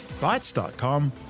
Bytes.com